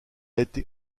été